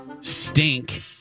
stink